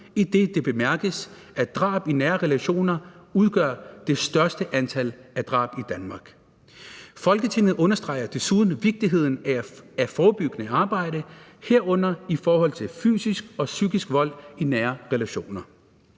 idet det bemærkes, at drab i nære relationer udgør det største antal af drab i Danmark. Folketinget understreger desuden vigtigheden af forebyggende arbejde, herunder i forhold til fysisk og psykisk vold i nære relationer.